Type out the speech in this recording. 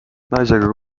naisega